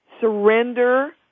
surrender